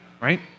right